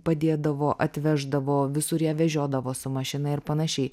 padėdavo atveždavo visur ją vežiodavo su mašina ir panašiai